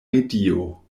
medio